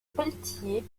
pelletier